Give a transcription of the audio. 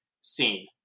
scene